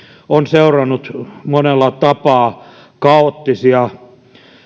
on seurannut monella tapaa kaoottisia